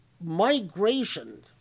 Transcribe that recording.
migration